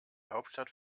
hauptstadt